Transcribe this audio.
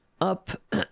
up